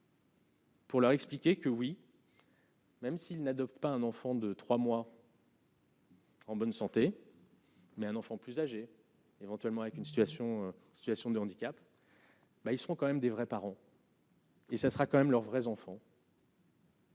Pour leur expliquer que oui. Même s'ils n'adoptent pas un enfant de 3 mois. En bonne santé mais un enfant plus âgé, éventuellement avec une situation situation de handicap, mais ils seront quand même des vrais parents. Et ça sera quand même leurs vrais enfants.